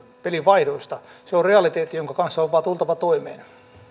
pelivaihdoista se on realiteetti jonka kanssa on vain tultava toimeen